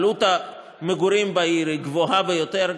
עלות המגורים בעיר גבוהה ביותר,